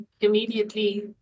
immediately